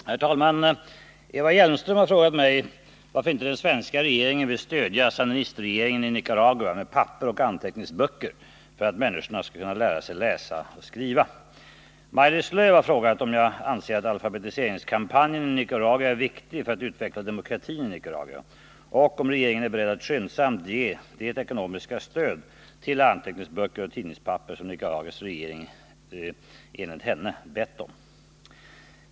289 resp. 293, och anförde: Herr talman! Eva Hjelmström har frågat mig varför inte den svenska regeringen vill stötta sandinistregeringen i Nicaragua med papper och anteckningsböcker för att människorna skall kunna få lära sig läsa och skriva. Maj-Lis Lööw har frågat mig om jag anser att alfabetiseringskampanjen i Nicaragua är viktig för att utveckla demokratin i Nicaragua och om regeringen är beredd att skyndsamt ge det ekonomiska stöd till antecknings 81 böcker och tidningspapper som Nicaraguas regering enligt henne bett om.